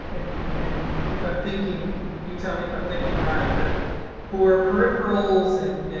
and and if i'm thinking you tell me if i'm thinking right, but for peripherals, and